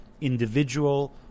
individual